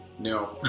no